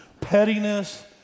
Pettiness